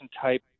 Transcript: type